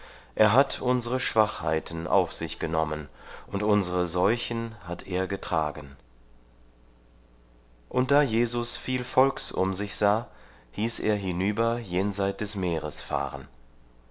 er hat unsere schwachheiten auf sich genommen und unsere seuchen hat er getragen und da jesus viel volks um sich sah hieß er hinüber jenseit des meeres fahren